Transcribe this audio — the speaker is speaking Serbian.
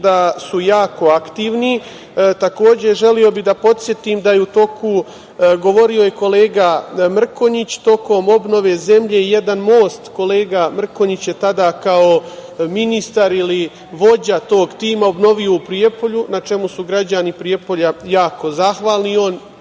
da su jako aktivni. Takođe, želeo bih da podsetim da je u toku, govorio je kolega Mrkonjić, tokom obnove zemlje i jedan most, kolega Mrkonjić je tada kao ministar ili vođa tog tima, obnovio u Prijepolju, a na čemu su građani Prijepolja jako zahvalni.